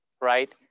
right